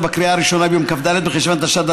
בקריאה הראשונה ביום כ"ד בחשוון התשע"ד,